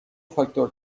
فاکتور